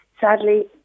sadly